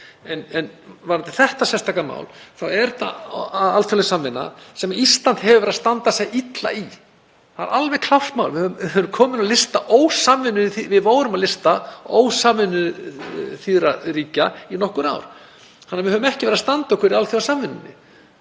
En varðandi þetta sérstaka mál þá er þetta alþjóðleg samvinna sem Ísland hefur staðið sig illa í. Það er alveg klárt mál. Við vorum á lista ósamvinnuþýðra ríkja í nokkur ár þannig að við höfum ekki staðið okkur í alþjóðasamvinnunni.